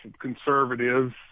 conservatives